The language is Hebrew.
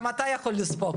גם אתה יכול לספוג.